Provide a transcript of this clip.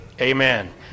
Amen